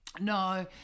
no